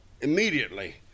immediately